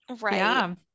Right